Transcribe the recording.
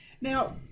Now